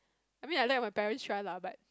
I mean I let my parents try lah but